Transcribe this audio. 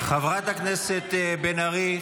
חברת הכנסת בן ארי,